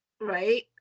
right